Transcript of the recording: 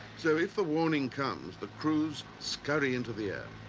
so, if the warning comes, the crews scurry into the air.